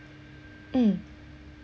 mm